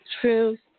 truth